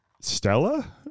Stella